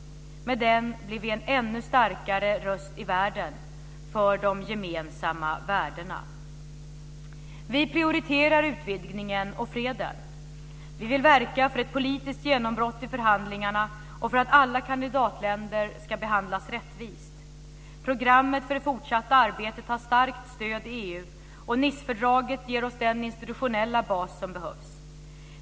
Med den blir vi en ännu starkare röst i världen, för de gemensamma värdena. Vi prioriterar utvidgningen - och freden. Vi vill verka för ett politiskt genombrott i förhandlingarna och för att alla kandidatländer ska behandlas rättvist. Programmet för det fortsatta arbetet har starkt stöd i EU, och Nicefördraget ger oss den institutionella bas som behövs.